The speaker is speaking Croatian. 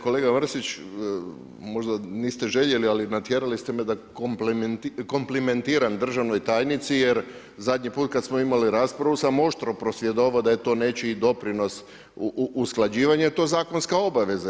Kolega Mrsić, možda niste željeli ali natjerali ste me da komplimentiram državnoj tajnici jer zadnji put kada smo imali raspravu sam oštro prosvjedovao da je to nečiji doprinos usklađivanja jer je to zakonska obaveza.